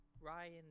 Ryan